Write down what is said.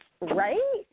Right